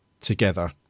together